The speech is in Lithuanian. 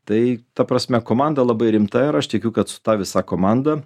tai ta prasme komanda labai rimta ir aš tikiu kad su ta visa komanda